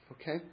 okay